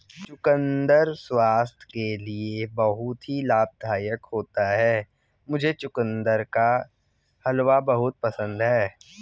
चुकंदर स्वास्थ्य के लिए बहुत ही लाभदायक होता है मुझे चुकंदर का हलवा बहुत पसंद है